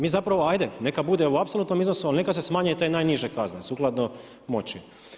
Mi zapravo, ajde neka bude u apsolutnom iznosu ali neka se smanje i ta najniže kazne sukladno moći.